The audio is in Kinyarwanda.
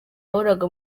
wahoraga